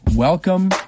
Welcome